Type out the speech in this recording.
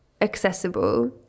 accessible